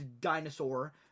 Dinosaur